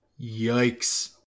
Yikes